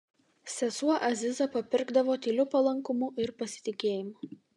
sesuo aziza papirkdavo tyliu palankumu ir pasitikėjimu